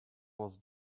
was